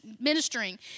ministering